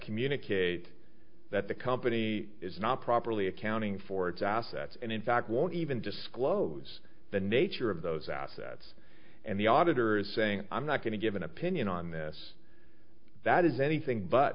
communicate that the company is not properly accounting for its assets and in fact won't even disclose the nature of those assets and the auditor is saying i'm not going to give an opinion on this that is anything but